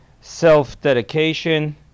Self-Dedication